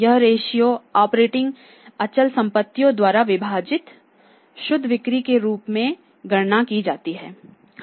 यह ratio operating अचल संपत्तियों द्वारा विभाजित शुद्ध बिक्री के रूप में गणना की जाती है